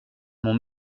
mon